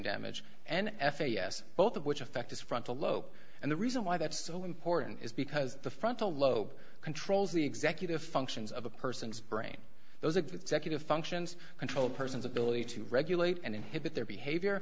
damage and f a s both of which affect his frontal lobe and the reason why that's so important is because the frontal lobe controls the executive functions of a person's brain those executive functions control person's ability to regulate and inhibit their behavior